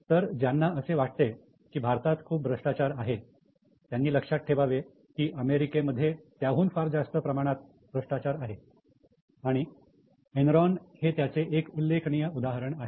तर ज्यांना असे वाटते की भारतात खूप भ्रष्टाचार आहे त्यांनी लक्षात ठेवावे कि अमेरिकेमध्ये त्याहून फार जास्त प्रमाणात भ्रष्टाचार आहे आणि एनरॉन हे त्याचे एक उल्लेखनीय उदाहरण आहे